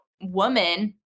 woman